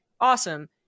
awesome